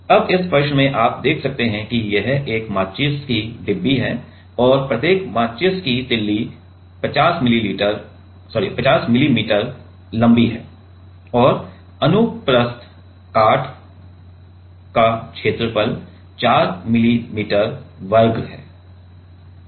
अब इस प्रश्न में आप देख सकते हैं कि एक माचिस की डिब्बी है और प्रत्येक माचिस की तीली 50 मिली मीटर लंबी है और अनुप्रस्थ काट का क्षेत्रफल 4 मिली मीटर वर्ग है